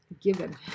given